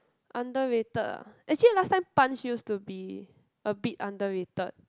underrated ah actually last time Punch used to be a bit underrated